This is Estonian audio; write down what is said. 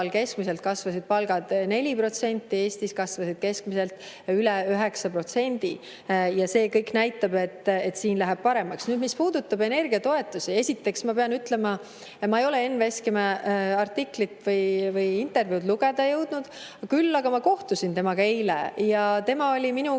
keskmiselt kasvasid palgad 4%, Eestis kasvasid need keskmiselt üle 9%. See kõik näitab, et siin läheb paremaks. Mis puudutab energiatoetusi, siis esiteks ma pean ütlema, et ma ei ole Enn Veskimäe artiklit või intervjuud lugeda jõudnud, küll aga ma kohtusin temaga eile. Tema oli minuga